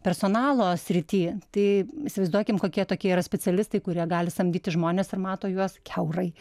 personalo srity tai įsivaizduokim kokie tokie yra specialistai kurie gali samdyti žmones ir mato juos kiaurai